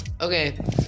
Okay